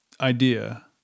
idea